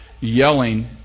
yelling